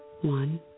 One